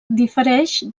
difereix